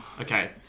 Okay